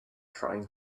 trying